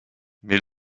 mais